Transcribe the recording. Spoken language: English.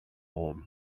home